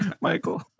Michael